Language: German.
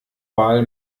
wahl